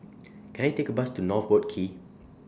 Can I Take A Bus to North Boat Quay